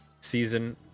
season